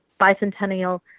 bicentennial